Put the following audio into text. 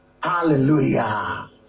Hallelujah